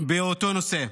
באותו נושא.